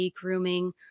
grooming